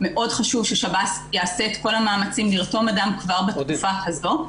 מאוד חשוב ששב"ס יעשה את כל המאמצים לרתום אדם כבר בתקופה הזו,